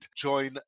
join